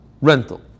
rental